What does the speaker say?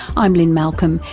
i'm lynne malcolm,